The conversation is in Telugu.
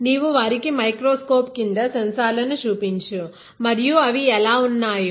నీవు వారికి మైక్రోస్కోప్ క్రింద సెన్సార్లను చూపించు మరియు అవి ఎలా ఉన్నాయో